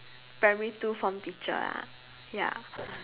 primary two form teacher lah ya